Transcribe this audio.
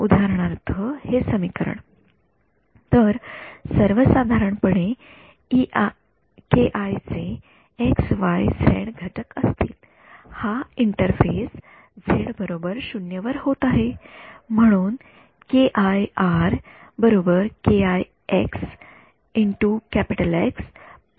उदाहरणार्थ हे समीकरण तर सर्वसाधारणपणे चे एक्सवाईझेड घटक असतील हा इंटरफेस झेड 0 वर होत आहे म्हणून